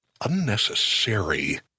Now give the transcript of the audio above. unnecessary